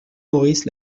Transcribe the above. maurice